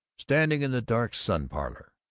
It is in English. standing in the dark sun-parlor.